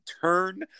turn